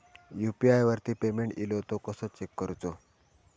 UPI वरती payment इलो तो कसो चेक करुचो?